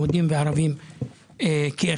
יהודים וערבים כאחד.